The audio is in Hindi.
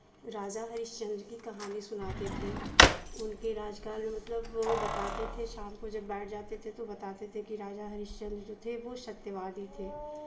राजा हरिश्चन्द्र की कहानी सुनाते थे उनके राज काल में मतलब वह बताते थे शाम को जब बैठ जाते थे तो बताते थे कि राजा हरिश्चन्द्र जो थे वो सत्यवादी थे